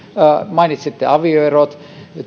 mainitsitte avioerot